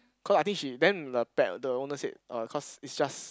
cause I think she then the pet the owner say uh cause is just